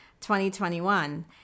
2021